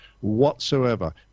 whatsoever